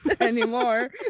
anymore